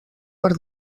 per